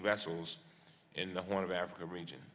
vessels in the one of africa region